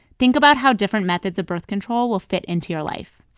think about how different methods of birth control will fit into your life